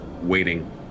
waiting